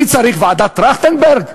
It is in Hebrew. אני צריך ועדת טרכטנברג?